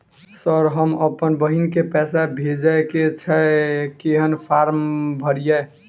Sir हम अप्पन बहिन केँ पैसा भेजय केँ छै कहैन फार्म भरीय?